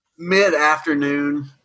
mid-afternoon